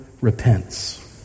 repents